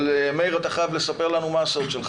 אבל מאיר, אתה חייב לספר לנו מה הסוד שלך.